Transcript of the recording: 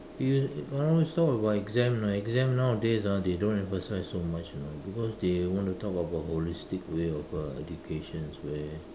you I always talk about exam you know exam nowadays ah they don't emphasize so much you know because they want to talk about holistic way of uh educations where